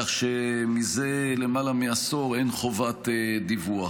כך שמזה למעלה מעשור אין חובת דיווח.